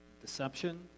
deception